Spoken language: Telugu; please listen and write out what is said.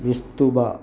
మిస్తుబ